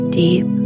deep